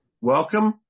welcome